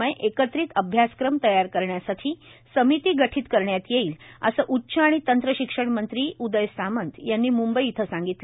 मय एकत्रित अभ्यासक्रम तयार करण्यासाठी समिती गठित करण्यात येईल असे उच्च आणि तंत्रशिक्षण मंत्री उदय सामंत यांनी मुंबई इथं सांगितले